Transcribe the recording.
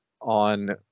on